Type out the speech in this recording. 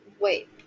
Wait